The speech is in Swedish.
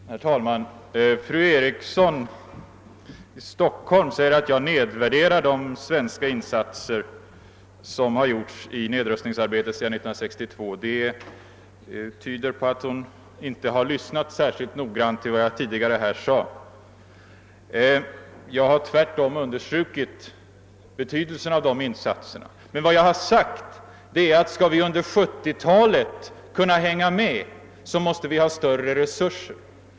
Herr talman! Fru Eriksson i Stockholm menar att jag nedvärderar de svenska insatser som har gjorts i nedrustningsarbetet sedan 1962. Det tyder på att hon inte har lyssnat särskilt noggrant till vad jag tidigare här sade. Jag har tvärtom understrukit betydelsen av de insatserna. Vad jag emellertid också har sagt är att skall vi under 1970-talet kunna hänga med, måste vi ha större resurser.